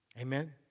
Amen